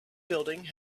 building